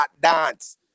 dance